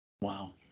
Wow